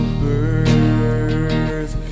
birth